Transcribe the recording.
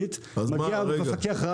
מגיע מפקח רת"א,